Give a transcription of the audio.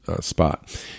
spot